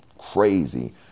crazy